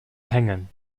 hängen